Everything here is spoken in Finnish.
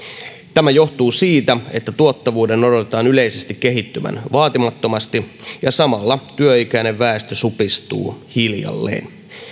tämä johtuu siitä että tuottavuuden odotetaan yleisesti kehittyvän vaatimattomasti ja samalla työikäinen väestö supistuu hiljalleen